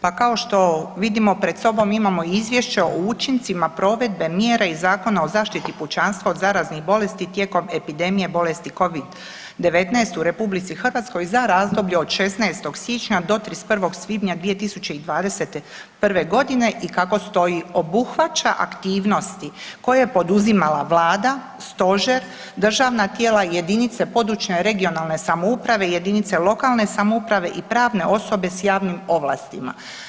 Pa kao što vidimo pred sobom imamo izvješće o učincima provedbe mjera i Zakona o zaštiti pučanstva od zaraznih bolesti tijekom epidemije bolesti Covid-19 u RH za razdoblje od 16. siječnja do 31. svibnja 2021.g. i kako stoji obuhvaća aktivnosti koje je poduzimala vlada, stožer, državna tijela i jedinice područne i regionalne samouprave, jedinice lokalne samouprave i pravne osobe s javnim ovlastima.